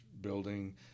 building